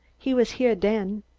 he was heah den.